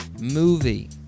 movie